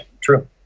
True